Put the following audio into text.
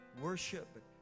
worship